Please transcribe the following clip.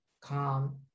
calm